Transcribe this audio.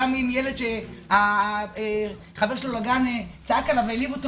גם אם ילד שהחבר שלו לגן צעק עליו והעליב אותו